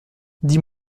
dis